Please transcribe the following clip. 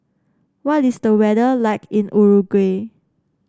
what is the weather like in Uruguay